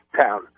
town